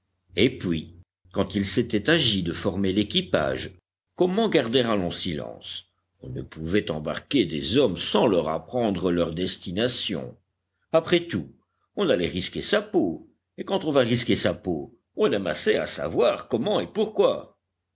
et puis quand il s'était agi de former l'équipage comment garder un long silence on ne pouvait embarquer des hommes sans leur apprendre leur destination après tout on allait risquer sa peau et quand on va risquer sa peau on aime assez à savoir comment et pourquoi